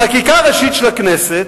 בחקיקה ראשית של הכנסת,